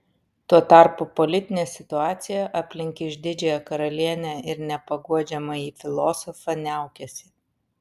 tuo tarpu politinė situacija aplink išdidžiąją karalienę ir nepaguodžiamąjį filosofą niaukėsi